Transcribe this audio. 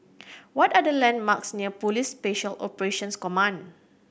what are the landmarks near Police Special Operations Command